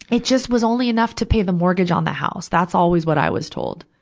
it just was only enough to pay the mortgage on the house. that's always what i was told.